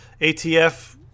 ATF